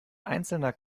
einzelner